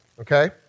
Okay